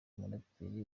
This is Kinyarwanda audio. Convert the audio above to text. muraperi